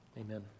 amen